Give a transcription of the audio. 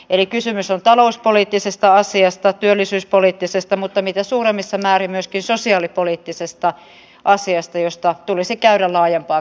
eli kysymys on talouspoliittisesta asiasta työllisyyspoliittisesta asiasta mutta mitä suurimmassa määrin myöskin sosiaalipoliittisesta asiasta josta tulisi käydä laajempaakin keskustelua